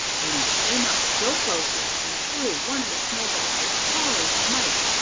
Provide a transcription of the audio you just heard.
then he came up still closer and threw one of the snowballs with all his might.